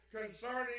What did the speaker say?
concerning